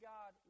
God